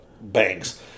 Banks